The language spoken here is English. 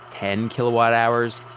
ten kilowatt hours,